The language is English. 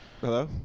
Hello